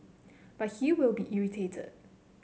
but he will be irritated